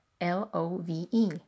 L-O-V-E